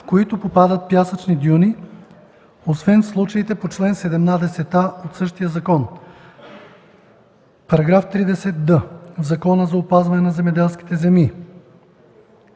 в които попадат пясъчни дюни, освен в случаите по чл. 17а от същия закон.” § 30д. В Закона за опазване на земеделските земи